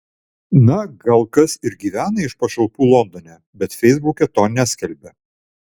na gal kas ir gyvena iš pašalpų londone bet feisbuke to neskelbia